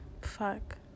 fuck